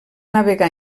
navegar